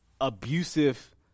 abusive